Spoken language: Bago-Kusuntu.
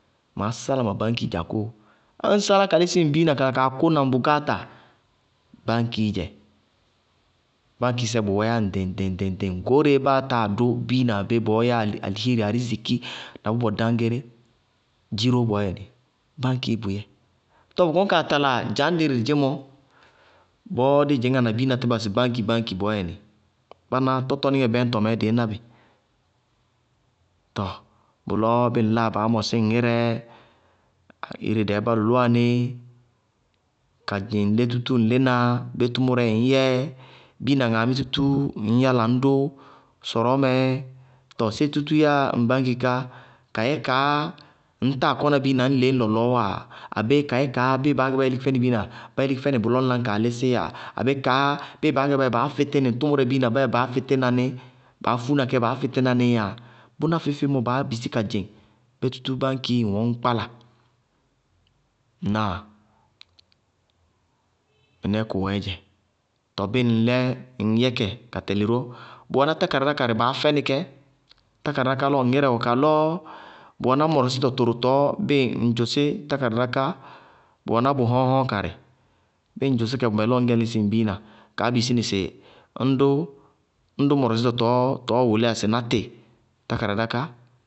Maá sála ma báñki dza kóo, ññ sálá ka lísí ŋ biina kala kaa kʋna ŋ bʋkááta. Báñkií dzɛ, báñkisɛ, bʋwɛɛyá ŋɖɩŋ-ŋɖɩŋ ŋɖɩŋ-ŋɖɩŋ, goóreé báa táa dʋ biina abéé bɔɔ yáa alihééri ariziki na bʋ bɔ dáñ géré, dziró bɔɔyɛnɩ, báñkii bʋyɛɛ. Too bʋ kɔní kaa tala dza ñdɛ ire dedzémɔ, bɔɔ dí dzɩñŋána biinatíba sɩ báñki báñki bɔɔyɛnɩ, báná tɔtɔníŋɛ bɛñtɔmɛɛ dɩí ná bɩ, tɔɔ bʋlɔ bíɩ ŋ láa baá mɔrɔsí ŋ ŋírɛ, ire dɛɛ bá lʋlʋwá ní, kadzɩŋ lé tútúú ŋ lína, bé tʋmʋrɛɛ ŋñyɛ, biina ŋaamí tútúú ŋñ yála ŋñ dʋ sɔrɔɔmɛɛ, tɔɔ sé tútúú yáa ŋ báñki ká? Kayɛ kaá ŋñ táa kɔna biina ŋñ leñ lɔlɔɔwá? Abéé kayɛ kaá bíɩ baá gɛ bá yéléki fɛnɩ biina, bá yéléki fɛnɩ bʋlɔ ñla ñkaa lísíyáa abéé kaá bíɩ baá gɛ bá yɛ baá fɩtínɩ ŋ tʋmʋrɛ biina, bá yɛ baá fɩtína ní bá yɛ baá fúna kɛ baá fɩtína níí yáa, bʋná feé-feé baá bisí ka dzɩŋ bé tútú báñkii ŋwɛ ŋñ kpála, ŋnáa? Mɩnɛɛ bʋwɛɛdzɛ. Tɔɔ bíɩ ŋlɛ, ŋ kpála kɛ ka tɛlɩ ró, bʋ wɛná tákáradá karɩ baá fɛnɩ kɛ tákáradá ká lɔ, ŋ ŋírɛ wɛ kalɔ bʋ wɛná mɔrɔsítɔ tʋrʋ tɔɔ bíɩ ŋ dzʋsí tákáradá ká, bʋwɛná bʋ hɔm hɔŋ karɩ, bíɩ ŋ dzʋsí kɛ bʋmɛ lɔ ŋñgɛ ñ lísí ŋ biina, kaá bisí nɩ sɩ ñdʋ mɔrɔsítɔ tɔɔɔ wʋlíyá sɩ ná tɩ tákáradá ká.